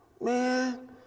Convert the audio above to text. Man